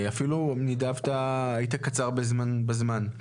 אפילו היית קצר מהזמן שניתן לך.